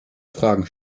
fragen